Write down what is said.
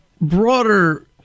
broader